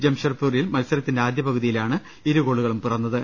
ജംഷഡ്പൂരിൽ മത്സരത്തിന്റെ ആദ്യപകുതിയിലാണ് ഇരുഗോളുകളും പിറന്നത്